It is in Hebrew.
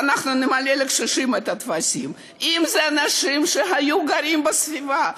את פופוליסטית, את חברת כנסת פופוליסטית.